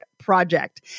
project